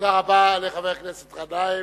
תודה רבה לחבר הכנסת גנאים.